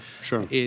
sure